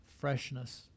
freshness